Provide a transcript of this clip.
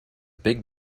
big